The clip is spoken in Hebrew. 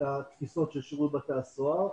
בתפיסות של שירות בתי הסוהר.